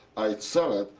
i sell it.